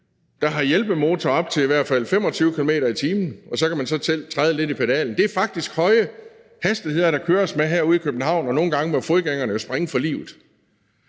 der har hjælpemotor op til i hvert fald 25 km/t., og så kan man så selv træde lidt i pedalerne. Det er faktisk høje hastigheder, der køres med her i København – og nogle gange må fodgængerne jo springe for livet.